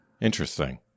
Interesting